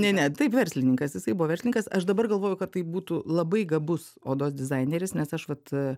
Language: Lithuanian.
ne ne taip verslininkas jisai buvo verslininkas aš dabar galvoju kad tai būtų labai gabus odos dizaineris nes aš vat